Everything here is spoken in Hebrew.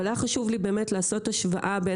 אבל היה חשוב לי באמת לעשות השוואה בין